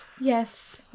Yes